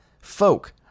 folk